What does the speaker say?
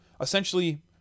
essentially